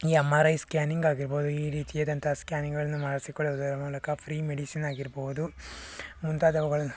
M R I scanning ಆಗಿರ್ಬೋದು ಈ ರೀತಿಯಾದಂತಹ ಸ್ಕ್ಯಾನಿಂಗಳನ್ನು ಮಾಡಿಸಿಕೊಳ್ಳುವುದರ ಮೂಲಕ ಫ್ರೀ ಮೆಡಿಸಿನ್ ಆಗಿರ್ಬೋದು ಮುಂತಾದವುಗಳನ್ನು